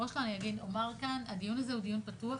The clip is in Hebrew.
אומר כאן: הדיון הזה הוא דיון פתוח